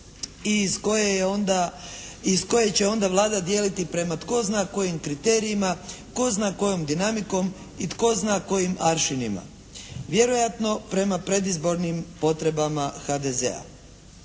iz koje će onda Vlada dijeliti prema tko zna kojim kriterijima, tko zna kojom dinamikom i tko zna kojim aršinima. Vjerojatno prema predizbornim potrebama HDZ-a!